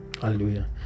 Hallelujah